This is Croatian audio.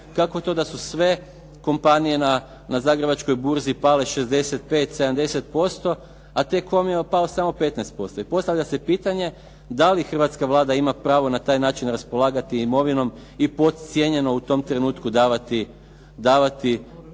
Kako to da su sve kompanije na Zagrebačkoj burzi pale 65, 70% a T-Com je pao samo 15%. I postavlja se pitanje da li hrvatska Vlada ima pravo na taj način raspolagati imovinom i podcijenjeno u tom trenutku davati